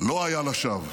לא היה לשווא.